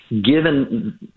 Given